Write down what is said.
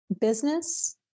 business